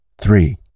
three